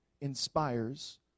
inspires